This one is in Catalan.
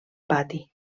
pati